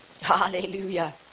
Hallelujah